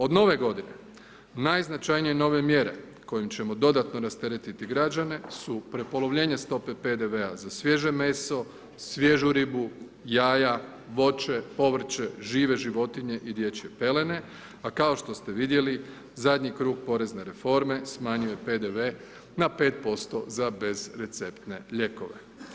Od nove godine najznačajnije nove mjere kojim ćemo dodatno rasteretiti građane su prepolovljenje stope PDV-a za svježe meso, svježu ribu, jaja, voće povrće, žive životinje i dječje pelene a kao što ste vidjeli zadnji krug porezne reforme smanjuje PDV na 5% za bezreceptne lijekove.